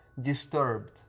disturbed